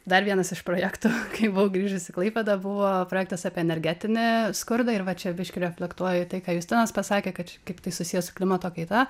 dar vienas iš projektų kai buvau grįžus į klaipėdą buvo projektas apie energetinį skurdą ir va čia biškį reflektuoju į tai ką justinas pasakė kad kaip tai susiję su klimato kaita